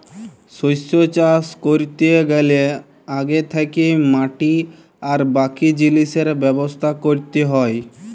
শস্য চাষ ক্যরতে গ্যালে আগে থ্যাকেই মাটি আর বাকি জিলিসের ব্যবস্থা ক্যরতে হ্যয়